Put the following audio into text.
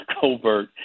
covert